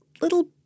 little